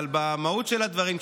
אבל במהות של הדברים,